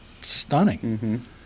stunning